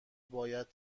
باید